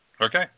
Okay